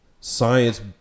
science